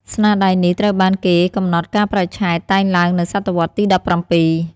ស្នាដៃនេះត្រូវបានគេកំណត់កាលបរិច្ឆេទតែងឡើងនៅសតវត្សរ៍ទី១៧។